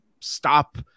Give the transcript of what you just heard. stop